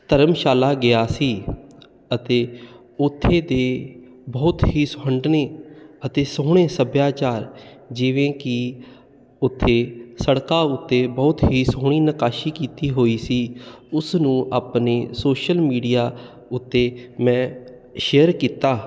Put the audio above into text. ਧਰਮਸ਼ਾਲਾ ਗਿਆ ਸੀ ਅਤੇ ਉੱਥੇ ਦੇ ਬਹੁਤ ਹੀ ਸੁਹੰਡਣੇ ਅਤੇ ਸੋਹਣੇ ਸੱਭਿਆਚਾਰ ਜਿਵੇਂ ਕਿ ਉੱਥੇ ਸੜਕਾਂ ਉੱਤੇ ਬਹੁਤ ਹੀ ਸੋਹਣੀ ਨਕਾਸ਼ੀ ਕੀਤੀ ਹੋਈ ਸੀ ਉਸ ਨੂੰ ਆਪਣੇ ਸੋਸ਼ਲ ਮੀਡੀਆ ਉੱਤੇ ਮੈਂ ਸ਼ੇਅਰ ਕੀਤਾ